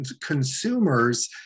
consumers